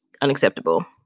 unacceptable